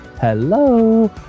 hello